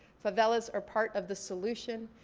favelas are part of the solution.